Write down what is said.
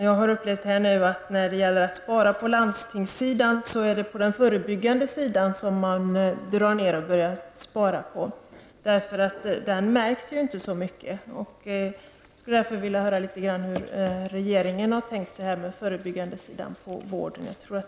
Jag har upplevt att när det gäller att spara inom landstingen är det på den förebyggande vården som man börjar dra in och göra besparingar. Där märks det inte så mycket. Jag skulle vilja höra hur regeringen tänker när det gäller förebyggande vård.